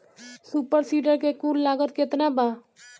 Super seeder के कुल लागत केतना बा?